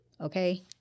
Okay